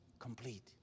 complete